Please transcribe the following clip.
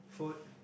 food